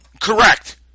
Correct